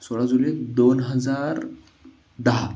सोळा जुलै दोन हजार दहा